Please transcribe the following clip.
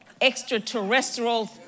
extraterrestrial